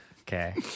Okay